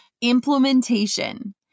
Implementation